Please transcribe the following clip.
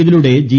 ഇതിലൂടെ ജി